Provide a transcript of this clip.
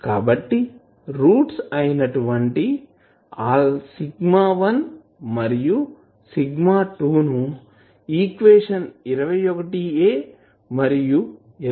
కాబట్టి రూట్స్ అయినటువంటి σ1 మరియు σ2 ను ఈక్వేషన్ మరియు లలో చూసాము